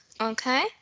okay